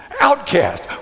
outcast